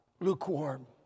lukewarm